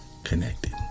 connected